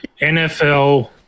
NFL